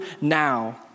now